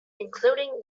including